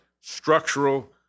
structural